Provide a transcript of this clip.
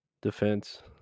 defense